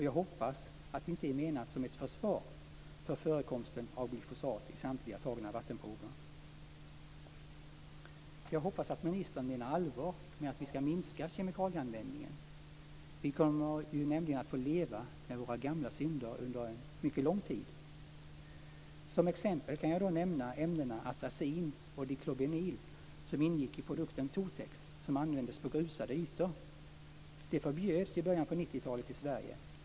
Jag hoppas också att det inte är menat som ett försvar för förekomsten av glyfosat i samtliga tagna vattenprover. Jag hoppas att ministern menar allvar med att vi skall minska kemikalieanvändningen. Vi kommer nämligen att få leva med våra gamla synder under en mycket lång tid. Som exempel kan jag nämna ämnena Atrazin och diklobenil, som ingick i produkten Totex och användes på grusade ytor. De förbjöds i början på 1990 talet i Sverige.